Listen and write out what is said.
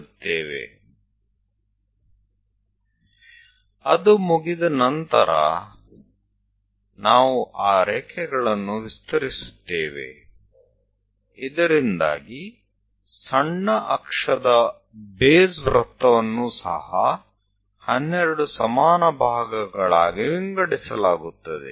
એકવાર તે થઈ જાય છે પછી આપણે આ લીટીઓને લંબાવીશું કે જેથી ગૌણ અક્ષનું પાયાનું વર્તુળ પણ 12 સમાન ભાગોમાં વહેંચાઈ જાય